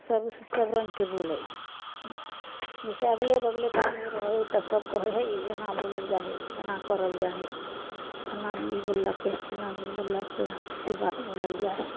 सब सबरङ्गके बोले हइ उँ जइसे अगले बगलेके आदमी रहै हइ तऽ सब कहै हइ ई एना बोलल जाइ हइ एना करल जाइ हइ फल्लाँ आदमी ई बोललकै चिल्लाँ आदमी ई बोललकै हना अइसे बात बोलल जाइ हइ